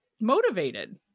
motivated